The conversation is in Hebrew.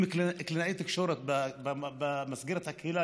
אם קלינאי תקשורת יכול לטפל בו במסגרת הקהילה,